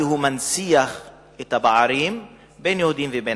כי הוא מנציח את הפערים בין יהודים לערבים.